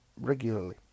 regularly